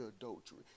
adultery